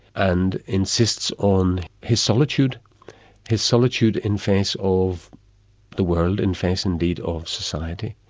and insists on his solitude his solitude in face of the world, in face indeed of society,